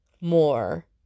more